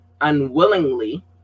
unwillingly